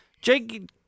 Jake